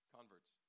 Converts